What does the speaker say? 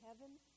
heaven